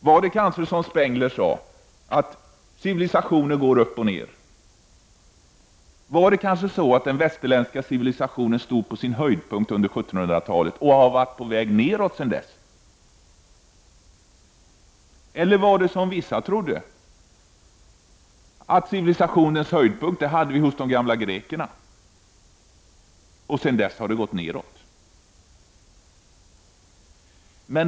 Var det kanske som Spengler sade, att civilisationerna går upp och ner? Var det kanske så att den väs terländska civilisationen stod på sin höjdpunkt under 1700-talet och har gått utför sedan dess? Eller var höjdpunkten, som vissa trodde, hos de gamla grekerna, och sedan dess har det gått nedåt?